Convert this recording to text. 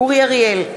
אורי אריאל,